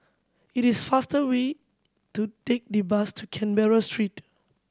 it is faster way to take the bus to Canberra Street